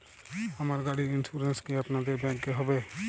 আমার গাড়ির ইন্সুরেন্স কি আপনাদের ব্যাংক এ হবে?